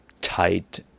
tight